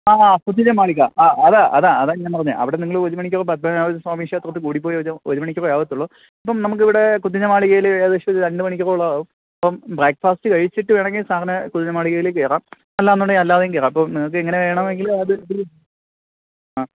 ആ കുതിര മാളിക ആ അതാണ് അതാണ് അതാണ് ഞാൻ പറഞ്ഞത് അവിടെനിന്നു നിങ്ങള് ഒരു മണിക്കപ്പോള് പത്മനാഭപുര സ്വാമി ക്ഷേത്രത്തർത്ത് കൂടിപ്പോയാ ഒരു മണിക്കൂറേ ആകത്തുള്ളൂ ഇപ്പോള് നമുക്കിവിടെ കുതിര മാളികയില് ഏകദേശം രണ്ട് മണിക്കൊക്കെ ഓളാകും അപ്പോള് ബ്രേക്ക്ഫാസ്റ്റ് കഴിച്ചിട്ട് വേണമെങ്കില് സാറിനു കുതിര മാളികയില് കയറാം അല്ല എന്നുണ്ടെങ്കില് അല്ലാതെയും കയറാം അപ്പോള് നിങ്ങള്ക്ക് എങ്ങനെ വേണമെങ്കിലും അത് ഇതില് ആ